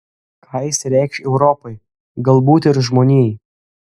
ką jis reikš europai galbūt ir žmonijai